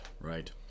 Right